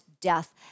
death